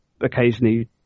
occasionally